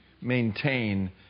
maintain